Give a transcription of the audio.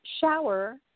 Shower